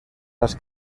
las